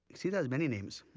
sita has many names,